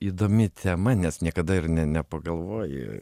įdomi tema nes niekada ir ne nepagalvoji